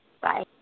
Bye